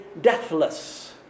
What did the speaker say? deathless